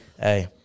Hey